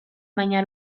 baina